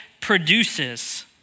produces